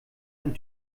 ein